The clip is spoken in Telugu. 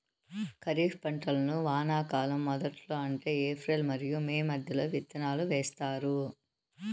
ఖరీఫ్ పంటలను వానాకాలం మొదట్లో అంటే ఏప్రిల్ మరియు మే మధ్యలో విత్తనాలు వేస్తారు